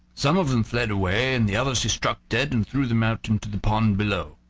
some of them fled away, and the others he struck dead and threw them out into the pond below.